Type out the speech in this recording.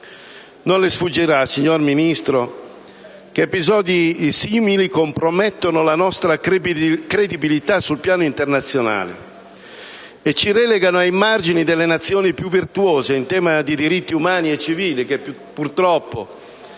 Non le sfuggirà, signor Ministro, che episodi simili compromettono la nostra credibilità sul piano internazionale e ci relegano ai margini delle Nazioni più virtuose in tema di diritti umani e civili, come purtroppo